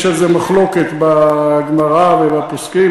יש על זה מחלוקת בגמרא ובפוסקים,